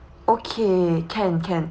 okay can can